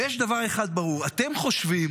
ויש דבר אחד ברור: אתם חושבים